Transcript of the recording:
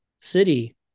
city